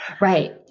right